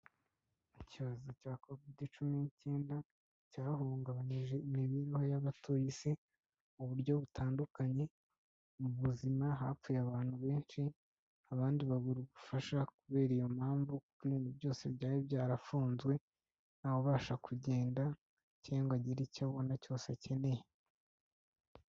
Icvyorezo cya kovid cumi n'icyenda cyahungabanyije imibereho y'abatuye isi mu buryo butandukanye mu buzima hapfuye abantu benshi abandi babura ubufasha kubera iyo mpamvu kuko ibintu byose byari byarafunzwe nta wubasha kugenda cyangwa ngo agire icyo abona cyose akeneye.